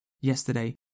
Yesterday